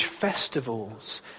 festivals